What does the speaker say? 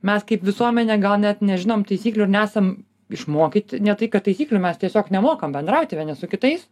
mes kaip visuomenė gal net nežinom taisyklių ir nesam išmokyti ne tai kad taisyklių mes tiesiog nemokam bendrauti vieni su kitais